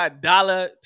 dollar